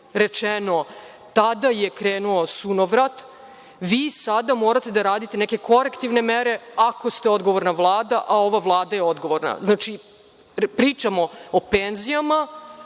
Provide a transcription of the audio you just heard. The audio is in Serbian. rečeno - tada je krenuo sunovrat, vi sada morate da radite neke korektivne mere ako ste odgovorna Vlada, a ova Vlada je odgovorna. Znači, pričamo o penzijama,